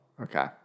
Okay